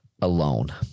alone